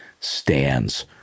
stands